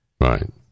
Right